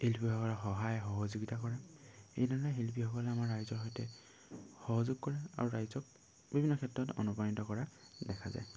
শিল্পীসকলে সহায় সহযোগিতা কৰে এইধৰণে শিল্পীসকলে আমাৰ ৰাইজৰ সৈতে সহযোগ কৰে আৰু ৰাইজক বিভিন্ন ক্ষেত্ৰত অনুপ্ৰাণিত কৰা দেখা যায়